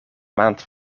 maand